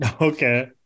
Okay